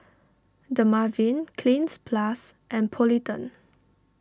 Dermaveen Cleanz Plus and Polident